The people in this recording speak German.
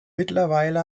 mittlerweile